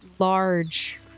Large